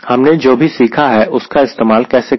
हमने जो भी सीखा है उसका कैसे इस्तेमाल करें